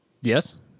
Yes